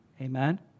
Amen